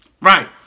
Right